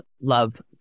love